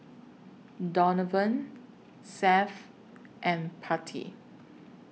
Donavon Seth and Patti